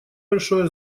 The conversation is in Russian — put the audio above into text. большое